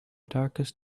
darkest